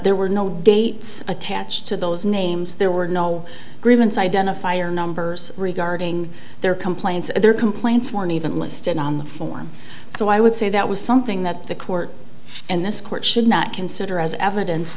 there were no dates attached to those names there were no grievance identifier numbers regarding their complaints and their complaints weren't even listed on the form so i would say that was something that the court and this court should not consider as evidence